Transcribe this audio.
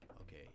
okay